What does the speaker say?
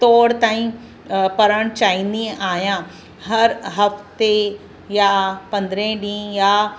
तौर ताईं पढ़णु चाहींदी आहियां हर हफ़्ते या पंद्रे ॾींहुं या